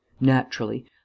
Naturally